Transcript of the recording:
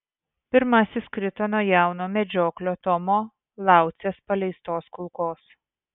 pirmasis krito nuo jauno medžioklio tomo laucės paleistos kulkos